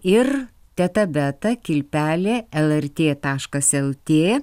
ir teta beta kilpelė lrt taškas lt